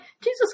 Jesus